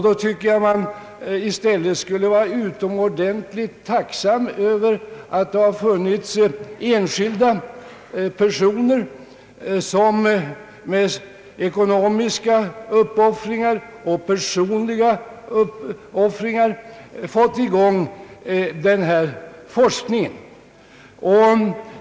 Då tycker jag att man i stället borde vara utomordentligt tacksam över att enskilda personer med ekonomiska och personliga uppoffringar fått i gång en sådan forskning.